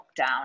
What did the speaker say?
lockdown